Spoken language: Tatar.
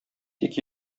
тик